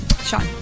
Sean